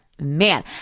Man